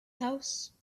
house